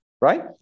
right